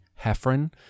Heffron